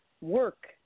work